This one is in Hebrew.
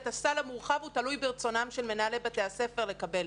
הסל המורחב תלוי ברצונם של מנהלי בית הספר לקבל.